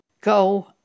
go